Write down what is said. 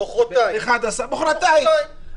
מוחרתיים.